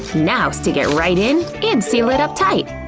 now stick it right in and seal it up tight!